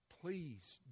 Please